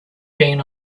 been